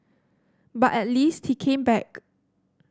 but at least he came back